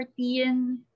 14